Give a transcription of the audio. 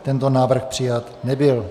Tento návrh přijat nebyl.